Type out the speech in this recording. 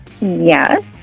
Yes